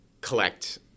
collect